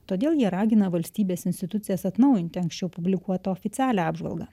todėl jie ragina valstybės institucijas atnaujinti anksčiau publikuotą oficialią apžvalgą